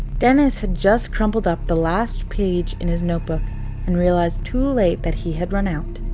dennis had just crumpled up the last page in his notebook and realized too late that he had run out.